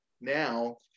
now